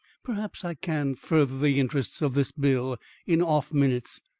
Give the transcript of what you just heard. perhaps i can further the interests of this bill in off minutes.